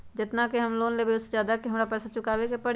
जेतना के हम लोन लेबई ओ से ज्यादा के हमरा पैसा चुकाबे के परी?